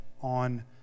on